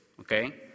Okay